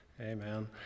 Amen